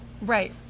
Right